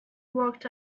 worked